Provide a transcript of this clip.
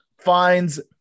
finds